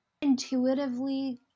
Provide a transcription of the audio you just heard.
intuitively